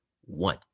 one